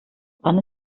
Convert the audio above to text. wann